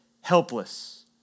helpless